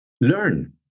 learn